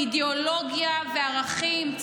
אידיאולוגיה וערכים,